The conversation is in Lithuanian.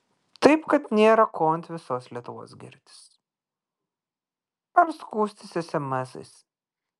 taip kad nėra ko ant visos lietuvos girtis ar skųstis esemesais